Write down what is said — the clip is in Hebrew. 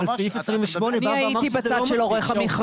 אבל סעיף 28 בא ואומר שזה לא מספיק.